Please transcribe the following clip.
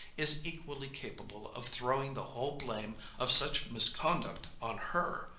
is equally capable of throwing the whole blame of such misconduct on her,